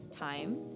time